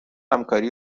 همکاری